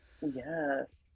yes